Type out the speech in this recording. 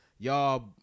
Y'all